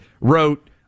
wrote